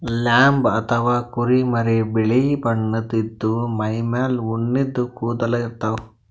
lamb ಅಥವಾ ಕುರಿಮರಿ ಬಿಳಿ ಬಣ್ಣದ್ ಇದ್ದ್ ಮೈಮೇಲ್ ಉಣ್ಣಿದ್ ಕೂದಲ ಇರ್ತವ್